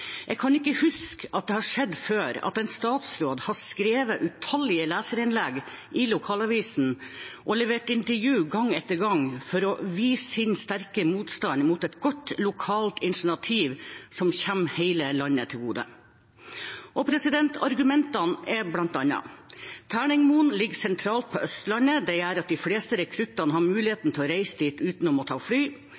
Jeg kan ikke huske at det har skjedd før at en statsråd har skrevet utallige leserinnlegg i lokalavisen, og levert intervju gang etter gang, for å vise sin sterke motstand mot et godt lokalt initiativ som kommer hele landet til gode. Og argumentene er bl.a.: Terningmoen ligger sentralt på Østlandet. Det gjør at de fleste rekruttene har